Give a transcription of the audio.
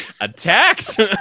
attacked